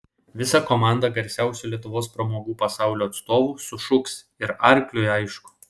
visa komanda garsiausių lietuvos pramogų pasaulio atstovų sušuks ir arkliui aišku